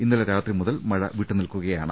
ഇന്നലെ രാത്രി മുതൽ മഴ വിട്ടു നിൽക്കുകയാണ്